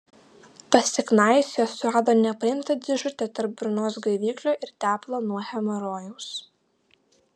pasiknaisiojęs surado nepraimtą dėžutę tarp burnos gaiviklio ir tepalo nuo hemorojaus